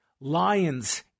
Lions